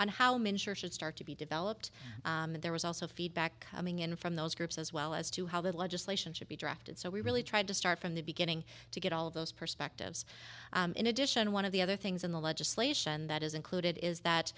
men should start to be developed and there was also feedback coming in from those groups as well as to how that legislation should be drafted so we really tried to start from the beginning to get all of those perspectives in addition one of the other things in the legislation that is included is that